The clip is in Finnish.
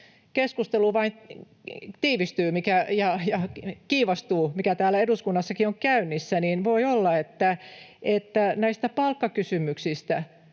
keskustelu vain tiivistyy ja kiivastuu, mikä täällä eduskunnassakin on käynnissä, näistä palkkakysymyksistä